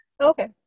Okay